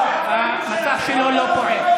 המסך שלו לא פועל.